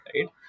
right